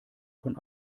von